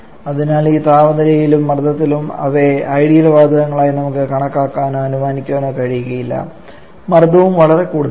അതിനാൽ ഈ താപനിലയിലും മർദ്ദത്തിലും ഇവയെ ഐഡിയൽ വാതകങ്ങളായി നമുക്ക് കണക്കാക്കാനോ അനുമാനിക്കാനോ കഴിയില്ല മർദ്ദവും വളരെ കൂടുതലാണ്